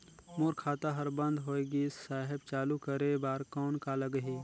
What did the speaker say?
मोर खाता हर बंद होय गिस साहेब चालू करे बार कौन का लगही?